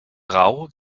drau